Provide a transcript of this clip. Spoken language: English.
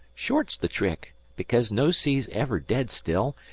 short's the trick, because no sea's ever dead still,